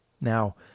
Now